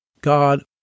God